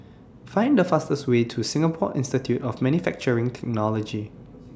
Find The fastest Way to Singapore Institute of Manufacturing Technology